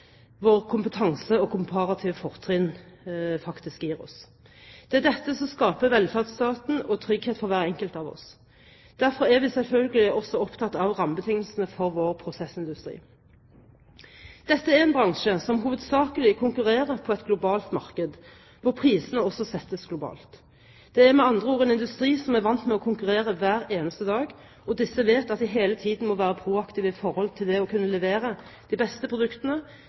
vår kompetanse og komparative fortinn faktisk gir oss. Det er dette som skaper velferdsstaten og trygghet for hver enkelt av oss. Derfor er vi selvfølgelig også opptatt av rammebetingelsene for vår prosessindustri. Dette er en bransje som hovedsakelig konkurrerer på et globalt marked, hvor prisene også settes globalt. Det er med andre ord en industri som er vant til å konkurrere hver eneste dag, og disse vet at de hele tiden må være proaktive i forhold til det å kunne levere de beste produktene